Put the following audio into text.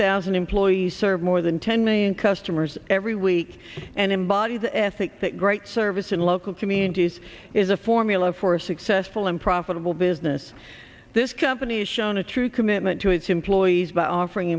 thousand employees serve more than ten million customers every week and embody the ethic that great service in local communities is a formula for a successful and profitable business this company has shown a true commitment to its employees by offering